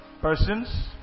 persons